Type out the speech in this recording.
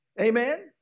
Amen